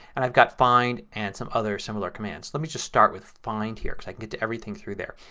and i've got find and some other similar commands. let me just start with find here because i can get to everything through there.